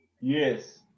Yes